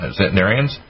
centenarians